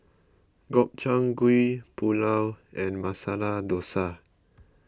Gobchang Gui Pulao and Masala Dosa